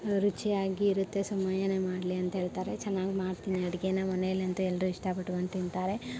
ರುಚಿಯಾಗಿ ಇರುತ್ತೆ ಸುಮಯನೇ ಮಾಡಲಿ ಅಂತೇಳ್ತಾರೆ ಚೆನ್ನಾಗ್ ಮಾಡ್ತೀನಿ ಅಡ್ಗೆಯನ್ನ ಮನೆಯಲ್ಲಿ ಅಂತೂ ಎಲ್ಲರೂ ಇಷ್ಟಪಟ್ಕೊಂಡು ತಿಂತಾರೆ